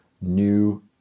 new